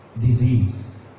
Disease